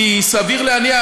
כי סביר להניח,